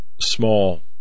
small